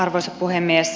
arvoisa puhemies